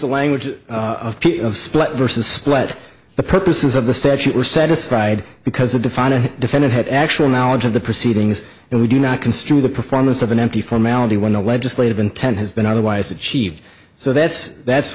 the language of split versus split the purposes of the statute were satisfied because the defining defendant had actual knowledge of the proceedings and we do not construe the performance of an empty formality when the legislative intent has been otherwise achieved so that's that's